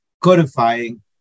codifying